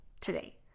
today